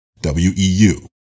WEU